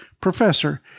Professor